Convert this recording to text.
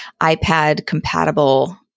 iPad-compatible